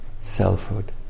selfhood